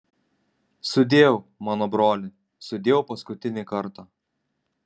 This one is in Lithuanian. sudieu mano broli sudieu paskutinį kartą